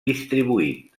distribuït